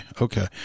Okay